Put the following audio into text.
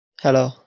Hello